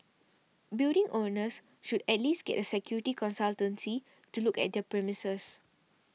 building owners should at least get a security consultancy to look at their premises